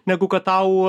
negu kad tau